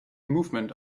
movement